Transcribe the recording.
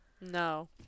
No